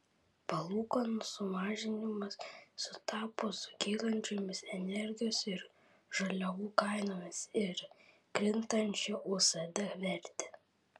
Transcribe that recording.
palūkanų sumažinimas sutapo su kylančiomis energijos ir žaliavų kainomis ir krintančia usd verte